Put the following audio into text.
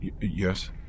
Yes